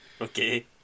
Okay